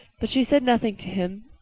but she said nothing, to him,